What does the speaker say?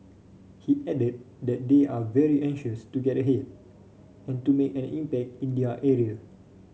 he added that they are very anxious to get ahead and to make an impact in their area